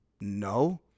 No